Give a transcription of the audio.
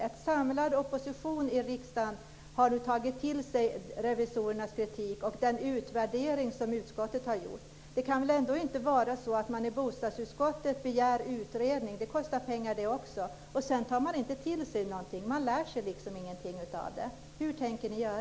En samlad opposition i riksdagen har nu tagit till sig revisorernas kritik och den utvärdering som utskottet har gjort. Det kan väl ändå inte vara så att man i bostadsutskottet begär utredning - det kostar också pengar - och att man sedan inte tar till sig någonting, att man liksom inte lär sig någonting av det.